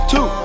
Two